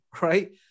right